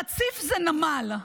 רציף זה נמל,